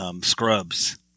scrubs